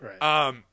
right